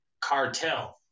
cartel